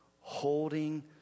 holding